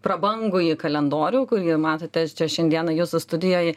prabangųjį kalendorių kurį matote čia šiandieną jūsų studijoj